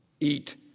eat